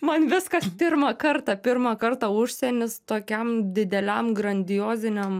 man viskas pirmą kartą pirmą kartą užsienis tokiam dideliam grandioziniam